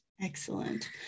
Excellent